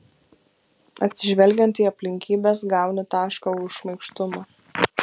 atsižvelgiant į aplinkybes gauni tašką už šmaikštumą